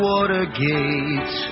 Watergate